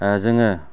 जोङो